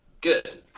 good